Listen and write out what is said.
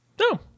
No